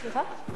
סליחה?